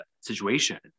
situation